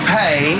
pay